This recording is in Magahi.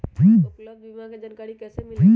उपलब्ध बीमा के जानकारी कैसे मिलेलु?